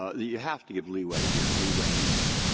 ah you have to give leeway here leeway, leeway.